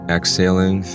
Exhaling